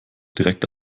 direkt